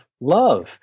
love